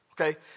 okay